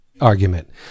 argument